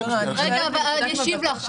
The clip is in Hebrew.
אני אשיב לך.